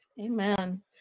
amen